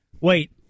Wait